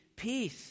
Peace